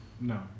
No